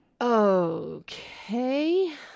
Okay